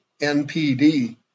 NPD